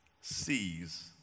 sees